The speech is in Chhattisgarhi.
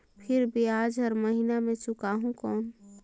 फिर ब्याज हर महीना मे चुकाहू कौन?